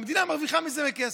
והמדינה מרוויחה מזה כסף.